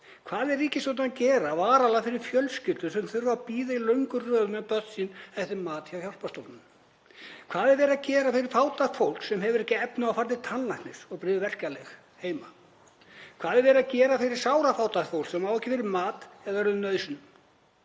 Hvað er ríkisstjórnin að gera fyrir fjölskyldur sem þurfa að bíða í löngum röðum með börn sín eftir mat hjá hjálparstofnunum? Hvað er verið að gera fyrir fátækt fólk sem hefur ekki efni á að fara til tannlæknis og bryður verkjalyf heima? Hvað er verið að gera fyrir sárafátækt fólk sem á ekki fyrir mat eða öðrum nauðsynjum?